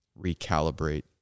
recalibrate